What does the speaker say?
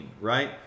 right